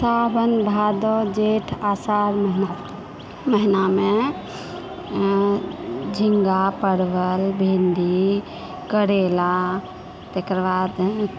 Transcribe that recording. सावन भादो जेठ आषाढ़ महीना महीनामे झिङ्गा परवल भिण्डी करेला तकर बाद